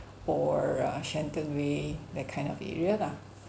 or uh shenton way that kind of area lah